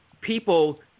people